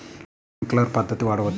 పత్తిలో ట్వింక్లర్ పద్ధతి వాడవచ్చా?